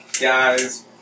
guys